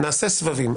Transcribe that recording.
נעשה סבבים.